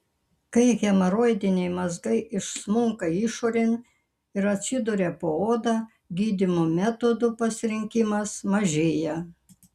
kai hemoroidiniai mazgai išsmunka išorėn ir atsiduria po oda gydymo metodų pasirinkimas mažėja